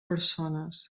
persones